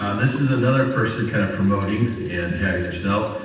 um this is another person kind of promoting and having their stuff,